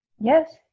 Yes